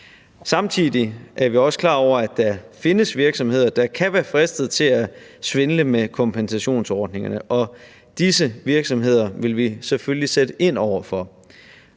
Samtidig er vi også klar over, at der findes virksomheder, der kan være fristet til at svindle med kompensationsordningerne, og disse virksomheder vil vi selvfølgelig sætte ind over for.